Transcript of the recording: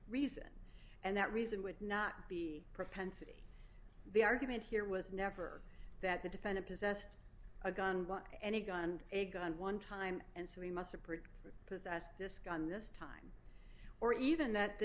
reason and that reason would not be propensity the argument here was never that the defendant possessed a gun and a gun and a gun one time and so he must support possessed disc on this time or even that the